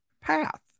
path